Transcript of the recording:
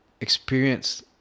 experience